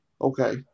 okay